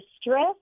stress